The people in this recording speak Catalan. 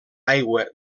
aigua